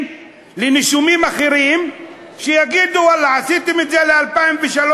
לנישומים אחרים שיגידו: עשיתם את זה ב-2003,